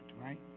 right